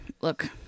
Look